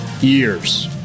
years